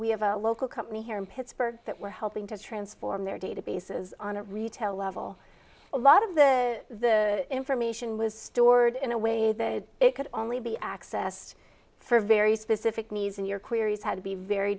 we have a local company here in pittsburgh that we're helping to transform their databases on a retail level a lot of the the information was stored in a way that it could only be accessed for very specific needs and your queries had to be very